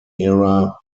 era